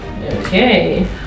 Okay